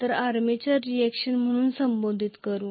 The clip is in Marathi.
त्याला आर्मेचर रिएक्शन म्हणून संबोधित करु